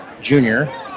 junior